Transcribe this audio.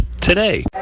today